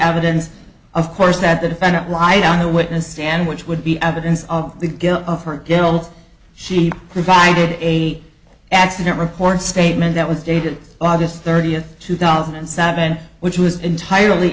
evidence of course that the defendant light on the witness stand which would be evidence of the guilt of her guilt she provided eight accident reports statement that was dated august thirtieth two thousand and seven which was entirely